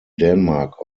denmark